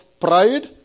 pride